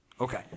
Okay